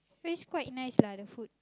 taste quite nice lah the food